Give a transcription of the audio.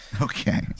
Okay